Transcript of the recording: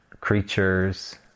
creatures